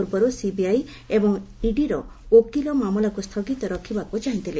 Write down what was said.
ପୂର୍ବରୁ ସିବିଆଇ ଏବଂ ଇଡିର ଓକିଲ ମାମଲାକୁ ସ୍ଥଗିତ ରଖିବାକୁ ଚାହିଁଥିଲେ